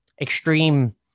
extreme